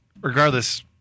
Regardless